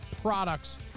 products